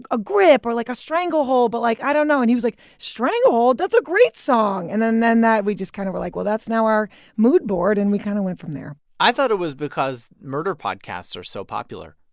ah a grip or, like, a stranglehold, but, like, i don't know. and he was like, stranglehold? that's a great song. and then then that we just kind of were like, well, that's now our mood board. and we kind of went from there i thought it was because murder podcasts are so popular